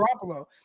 Garoppolo